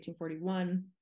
1841